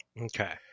Okay